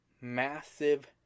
massive